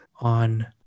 on